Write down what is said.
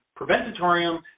Preventatorium